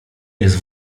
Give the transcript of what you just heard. jest